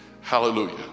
hallelujah